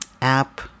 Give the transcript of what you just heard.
app